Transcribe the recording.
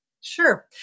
Sure